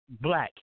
Black